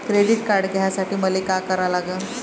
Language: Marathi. क्रेडिट कार्ड घ्यासाठी मले का करा लागन?